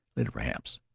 later, perhaps.